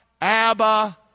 Abba